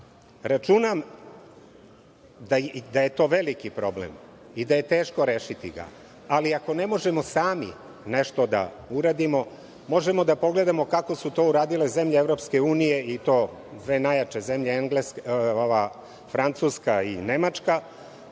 Računam, da je to velik problem i da ga je teško rešiti. Ali, ako ne možemo sami nešto da uradimo, možemo da pogledamo kako su to uradile zemlje EU i to dve najače zemlje Francuska i Nemačka,